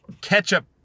ketchup